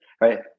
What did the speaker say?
right